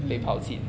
mm